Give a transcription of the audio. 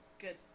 good